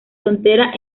frontera